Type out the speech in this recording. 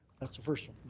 that's the first one.